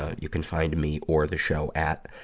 you can find me or the show at.